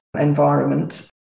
environment